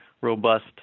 robust